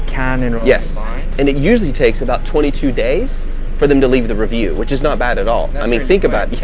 can, and yes and it usually takes about twenty two days for them to leave the review which is not bad at all. i mean, think about. yeah